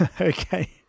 okay